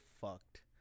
fucked